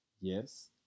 Yes